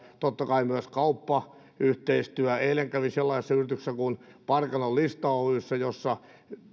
totta kai myös kauppayhteistyön takia eilen kävin sellaisessa yrityksessä kuin parkanon listatehdas oy jossa jossa